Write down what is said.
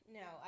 no